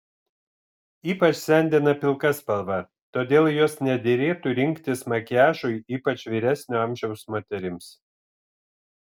ypač sendina pilka spalva todėl jos nederėtų rinktis makiažui ypač vyresnio amžiaus moterims